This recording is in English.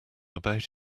about